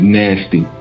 nasty